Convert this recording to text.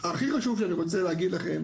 הכי חשוב שאני רוצה להגיד לכם,